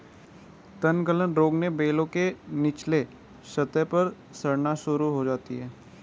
तनगलन रोग में बेलों के निचले सतह पर सड़न शुरू हो जाती है